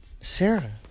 Sarah